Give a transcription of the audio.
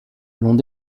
l’ont